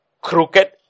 crooked